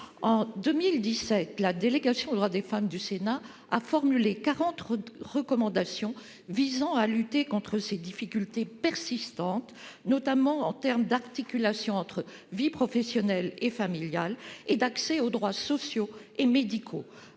En 2017, la délégation aux droits des femmes du Sénat a formulé 40 recommandations visant à lutter contre ces difficultés persistantes, notamment en termes d'articulation entre vie professionnelle et familiale et d'accès aux droits sociaux et médicaux